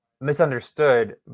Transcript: misunderstood